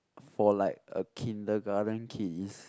for like a kindergarten kids